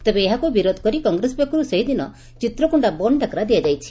ତେବେ ଏହାକୁ ବିରୋଧ କରି କଂଗ୍ରେସ ପକ୍ଷରୁ ସେହିଦିନ ଚିତ୍ରକୋଶ୍ତା ବନ୍ଦ ଡାକରା ଦିଆଯାଇଛି